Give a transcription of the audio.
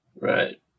Right